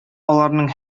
аларның